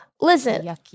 Listen